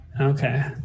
Okay